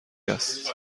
است